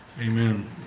Amen